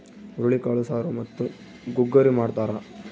ಹುರುಳಿಕಾಳು ಸಾರು ಮತ್ತು ಗುಗ್ಗರಿ ಮಾಡ್ತಾರ